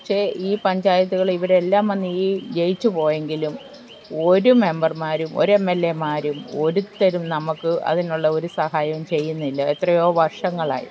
പക്ഷെ ഈ പഞ്ചായത്തുകൾ ഇവരെല്ലാം വന്ന് ഈ ജയിച്ചു പോയെങ്കിലും ഒരു മെമ്പർമാരും ഒരു എം എൽ ഏമാരും ഒരുത്തരും നമുക്ക് അതിനുള്ള ഒരു സഹായവും ചെയ്യുന്നില്ല എത്രയോ വർഷങ്ങളായി